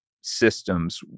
systems